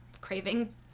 craving